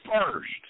first